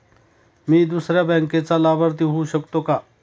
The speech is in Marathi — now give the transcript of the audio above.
मी दुसऱ्या बँकेचा लाभार्थी होऊ शकतो का?